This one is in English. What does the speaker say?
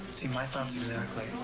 see? my thoughts exactly.